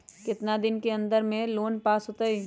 कितना दिन के अन्दर में लोन पास होत?